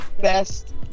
best